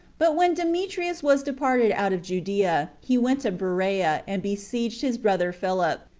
but when demetrius was departed out of judea, he went to berea, and besieged his brother philip,